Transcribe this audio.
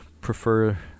prefer